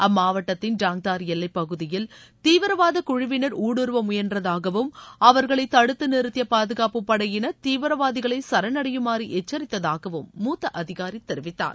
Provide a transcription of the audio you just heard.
அம்மாவட்டத்தின் டாங்தார் எல்லைப்பகுதியில் தீவிரவாதக் குழுவினர் ஊடுருவ முயன்றதாகவும் அவா்களை தடுத்து நிறுத்திய பாதுகாப்பு படையினா் தீவிரவாதிகளை சரணடையுமாறு எச்சரித்ததாகவும் மூத்த அதிகாரி தெரிவித்தார்